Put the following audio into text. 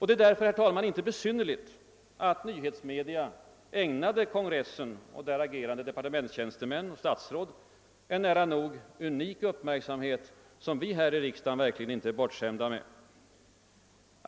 Det är därför, herr talman, inte besynnerligt att massmedia ägnade kongressen och där agerande departementstjänstemän och statsråd en nära nog unik uppmärksamhet som vi här i riksdagen verkligen inte är bortskämda med.